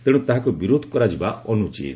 ତେଣୁ ତାହାକୁ ବିରୋଧ କରାଯିବା ଅନୁଚିତ